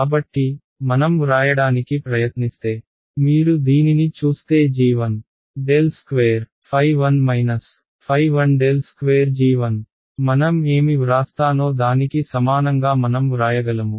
కాబట్టి మనం వ్రాయడానికి ప్రయత్నిస్తే మీరు దీనిని చూస్తే g1▽2ɸ1 ɸ1▽2g1 మనం ఏమి వ్రాస్తానో దానికి సమానంగా మనం వ్రాయగలము